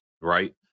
right